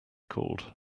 called